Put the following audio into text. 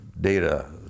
data